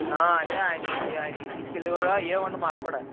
అదే ఆయన జే ఆయన ఏమి తీసుకు వెళ్ళే వారో అవి ఇవ్వండి మాకు కూడా